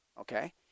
okay